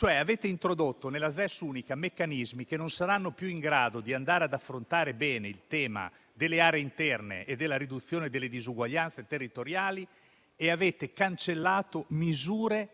Avete, cioè, introdotto nella ZES unica meccanismi che non saranno più in grado di andare ad affrontare bene il tema delle aree interne e della riduzione delle disuguaglianze territoriali. E avete cancellato misure